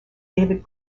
david